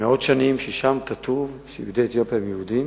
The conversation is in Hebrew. מאות שנים, ששם כתוב שיהודי אתיופיה הם יהודים.